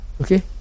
Okay